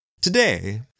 Today